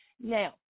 Now